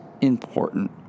important